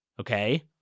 Okay